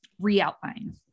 re-outline